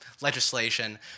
legislation